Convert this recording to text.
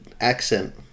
accent